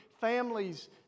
families